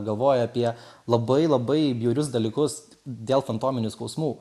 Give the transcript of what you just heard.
galvoja apie labai labai bjaurius dalykus dėl fantominių skausmų